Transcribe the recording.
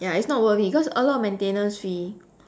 ya it's not worth it cause a lot of maintenance fee